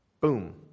Boom